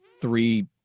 three